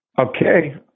Okay